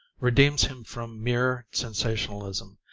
redeems him from mere sensationalism,